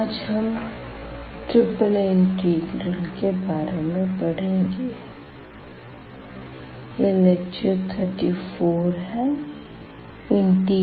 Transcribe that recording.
आज हम triple integral के बारे में पढ़ेंगे